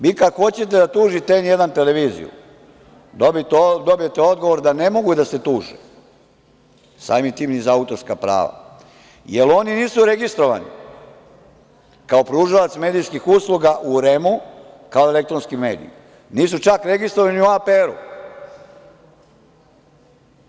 Vi kada hoćete da tužite N1 televiziju, dobijete odgovor da ne mogu da se tuže, samim tim ni za autorska prava, jer oni nisu registrovani kao pružalac medijskih usluga u REM-u kao elektronski mediji, nisu čak registrovani ni u APR-u.